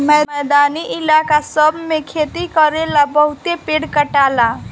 मैदानी इलाका सब मे खेती करेला बहुते पेड़ कटाला